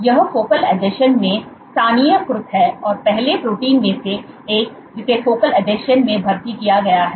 यह फोकल आसंजन में स्थानीयकृत है और पहले प्रोटीन में से एक जिसे फोकल आसंजन में भर्ती किया गया है